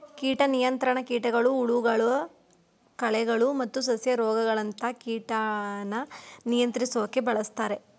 ಕೀಟ ನಿಯಂತ್ರಣ ಕೀಟಗಳು ಹುಳಗಳು ಕಳೆಗಳು ಮತ್ತು ಸಸ್ಯ ರೋಗಗಳಂತ ಕೀಟನ ನಿಯಂತ್ರಿಸೋಕೆ ಬಳುಸ್ತಾರೆ